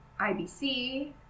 IBC